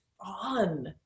on